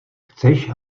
chceš